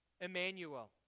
Emmanuel